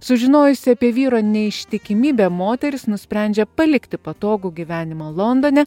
sužinojusi apie vyro neištikimybę moteris nusprendžia palikti patogų gyvenimą londone